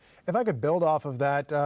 if i could build off of that,